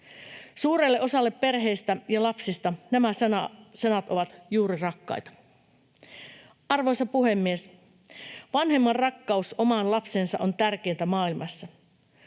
Suurelle osalle perheistä ja lapsista nämä sanat ovat juuri rakkaita. Arvoisa puhemies! Vanhemman rakkaus omaan lapseensa on tärkeintä maailmassa.